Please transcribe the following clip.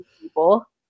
people